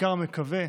בעיקר מקווה